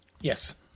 Yes